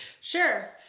Sure